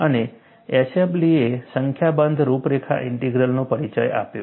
અને એશેલ્બીએ સંખ્યાબંધ રૂપરેખા ઇન્ટિગ્રલનો પરિચય આપ્યો